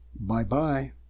Bye-bye